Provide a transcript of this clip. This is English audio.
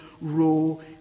role